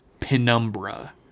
Penumbra